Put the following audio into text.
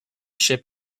ship